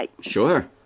Sure